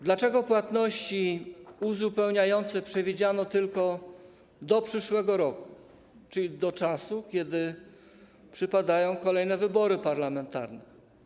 Dlaczego płatności uzupełniające przewidziano tylko do przyszłego roku, czyli do czasu, kiedy przypadają kolejne wybory parlamentarne?